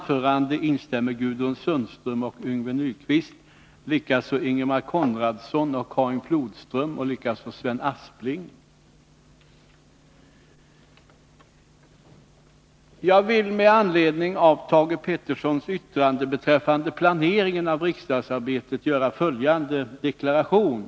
Jag vill med anledning av Thage Petersons yttrande beträffande planeringen av riksdagsarbetet göra följande deklaration.